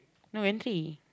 no gantry